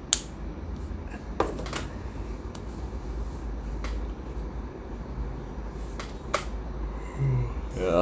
yeah